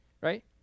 right